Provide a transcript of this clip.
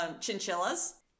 chinchillas